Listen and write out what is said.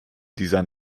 dieser